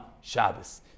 Shabbos